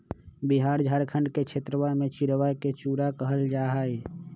बिहार झारखंड के क्षेत्रवा में चिड़वा के चूड़ा कहल जाहई